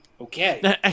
Okay